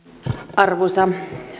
arvoisa